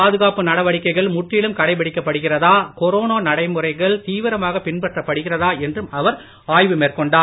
பாதுகாப்பு நடவடிக்கைகள் முற்றிலும் கடைபிடிக்கப்படுகிறதா கொரோனா நடைமுறைகள் தீவிரமாக பின்பற்றப்படுகிறதா என்றும் அவர் ஆய்வு மேற்கொண்டார்